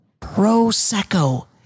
Prosecco